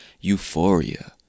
euphoria